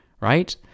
right